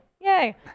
Yay